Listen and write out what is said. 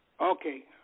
Okay